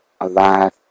Alive